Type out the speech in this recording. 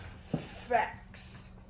Facts